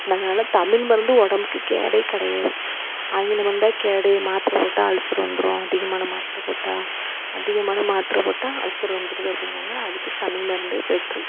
அதனால தமிழ் மருந்து உடம்புக்கு கேடே கிடையாது ஆங்கில மருந்துதான் கேடு மாத்திரை போட்டால் அல்சர் வந்துடும் அதிகமான மாத்திரை போட்டால் அதிகமான மாத்திரை போட்டால் அல்சரு வந்துடுது அப்படிங்கிறாங்க அதுக்கு தமிழ் மருந்தே பெட்ரு